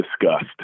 discussed